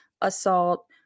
assault